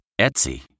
Etsy